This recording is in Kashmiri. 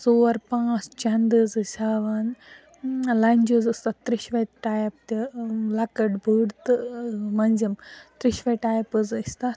ژور پانٛژھ چندٕ حَظ ٲسۍ ہاوان لَنجہِ حَظ ٲسۍ تَتھ تریٚشوَے ٹایپ تہِ لَکٕٹۍ بٔڑۍ تہٕ منٛزِم تریٚشوَے ٹایپ حَظ ٲسۍ تَتھ